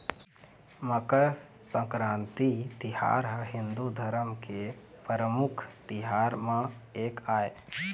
मकर संकरांति तिहार ह हिंदू धरम के परमुख तिहार म एक आय